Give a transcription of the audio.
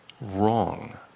wrong